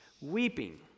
weeping